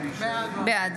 בעד